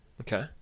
Okay